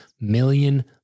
million